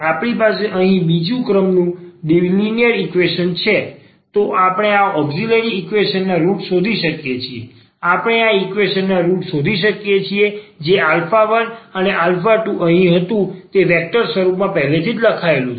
જો આપણી પાસે અહીં બીજું ક્રમ લિનિયર ઈક્વેશન છે તો આપણે ઔક્ષીલરી ઈક્વેશન નાં રુટ શોધી શકીએ છીએ આપણે આ ઈક્વેશન ના રુટ શોધી શકીએ છીએ જે 1અને 2 અહીં હતું તે વેક્ટર સ્વરૂપમાં પહેલેથી જ લખાયેલું છે